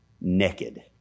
naked